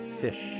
Fish